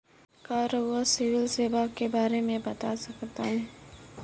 का रउआ CIBIL score के बारे में बता सकतानी?